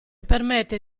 permette